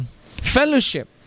fellowship